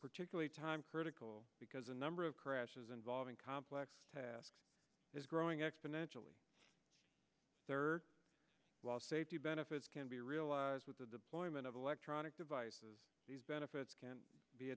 particularly time critical because a number of crashes involving complex tasks is growing exponentially while safety benefits can be realized with the deployment of electronic devices these benefits can be